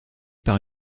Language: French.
par